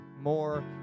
more